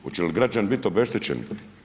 Hoće li građani biti obeštećeni?